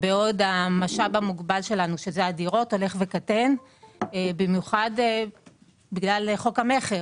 בעוד המשאב המוגבל שלנו שזה הדירות הולך וקטן במיוחד בגלל חוק המכר.